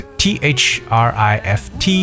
t-h-r-i-f-t